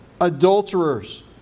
adulterers